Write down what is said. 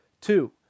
Two